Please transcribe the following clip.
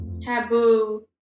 taboo